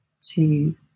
two